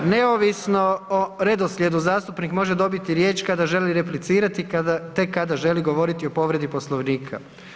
Neovisno o redoslijedu zastupnik može dobiti riječ kada želi replicirati tek kada želi govoriti o povredi Poslovnika.